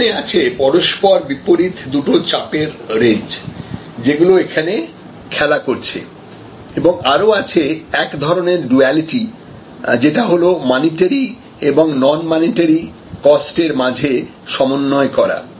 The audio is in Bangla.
এখন এখানে আছে পরস্পর বিপরীত দুটো চাপের রেঞ্জ যেগুলো এখানে খেলা করছে এবং আরো আছে এক ধরনের ডুয়ালিটি যেটা হল মানিটারি এবং নন মানিটারি কস্ট এর মাঝে সমন্বয় করা